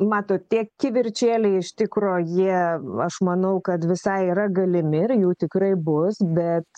matot tie kivirčėliai iš tikro jie aš manau kad visai yra galimi ir jų tikrai bus bet